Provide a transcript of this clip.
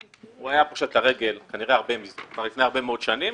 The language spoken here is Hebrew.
הוא היה פושט את הרגל כנראה כבר לפני הרבה מאוד שנים,